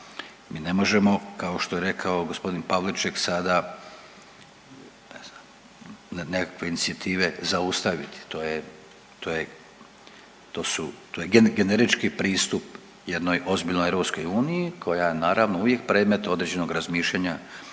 Mi ne možemo kao što je rekao g. Pavliček sada ne znam nekakve inicijative zaustaviti, to je generički pristup jednoj ozbiljnoj EU koja naravno uvijek predmet određenog razmišljanja